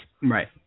Right